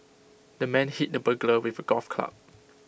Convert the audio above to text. the man hit the burglar with A golf club